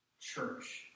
Church